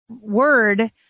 word